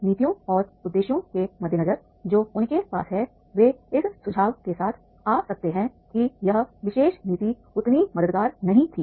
नीतियों और उद्देश्यों के मद्देनजर जो उनके पास है वे इस सुझाव के साथ आ सकते हैं कि यह विशेष नीति उतनी मददगार नहीं थी